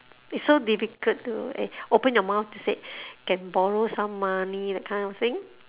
it's so difficult to eh open your mouth to say can borrow some money that kind of thing